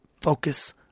focus